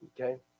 Okay